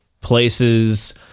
places